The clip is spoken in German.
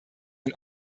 ein